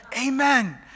Amen